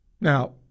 Now